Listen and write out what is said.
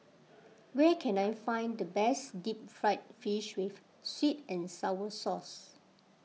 where can I find the best Deep Fried Fish with Sweet and Sour Sauce